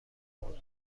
حدودی